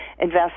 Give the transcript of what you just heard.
invest